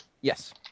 Yes